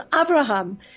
Abraham